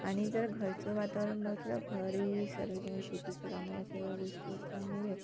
आणि जर घरचं वातावरण म्हटलं घरी सर्वजण शेतीची कामं या सर्व गोष्टी असल्यामुळे